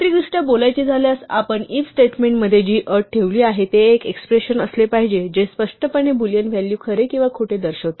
तांत्रिकदृष्ट्या बोलायचे झाल्यास आपण if स्टेटमेंट मध्ये जी अट ठेवली आहे हे एक एक्सप्रेशन असले पाहिजे जे स्पष्टपणे बुलियन व्हॅल्यू खरे किंवा खोटे दर्शवते